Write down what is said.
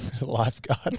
lifeguard